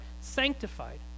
sanctified